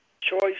choice